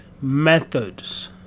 methods